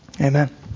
Amen